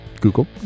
Google